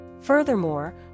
Furthermore